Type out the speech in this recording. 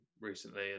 recently